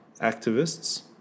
activists